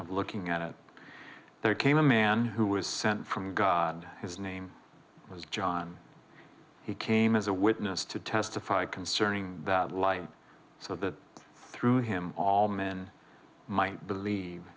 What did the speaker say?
of looking at it there came a man who was sent from god his name was john he came as a witness to testify concerning that light so that through him all men might believe